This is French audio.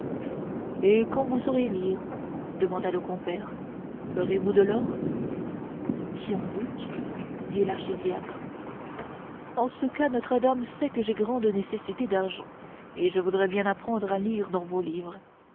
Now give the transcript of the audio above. et quand vous saurez lire demanda le compère ferez-vous de l'or qui en doute dit l'archidiacre en ce cas notre-dame sait que j'ai grande nécessité d'argent et je voudrais bien apprendre à lire dans vos livres